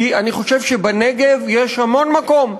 כי אני חושב שבנגב יש המון מקום.